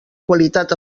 qualitat